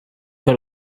got